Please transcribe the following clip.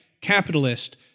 capitalist